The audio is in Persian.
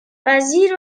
وزیر